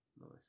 Nice